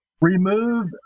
remove